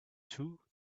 two